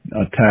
attack